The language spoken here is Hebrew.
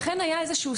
אכן היה שיח.